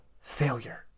failure